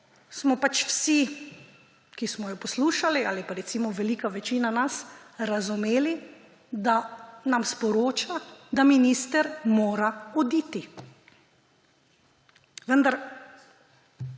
smo pač vsi, ki smo jo poslušali, ali recimo velika večina nas razumeli, da nam sporoča, da minister mora oditi. Vendar